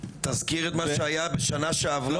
תזכיר את מה שהיה בשנה שעברה.